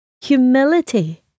humility